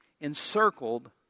encircled